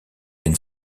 been